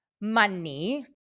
money